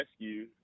Rescue